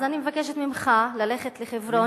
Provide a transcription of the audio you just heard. אז אני מבקשת ממך ללכת לחברון,